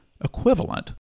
equivalent